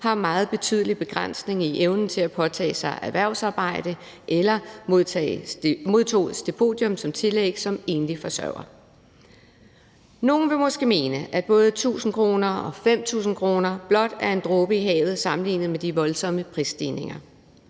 har meget betydelige begrænsninger i evnen til at påtage sig erhvervsarbejde eller modtog stipendium som tillæg som enlig forsørger. Nogle vil måske mene, at både 1.000 kr. og 5.000 kr. blot er en dråbe i havet sammenlignet med de voldsomme prisstigninger.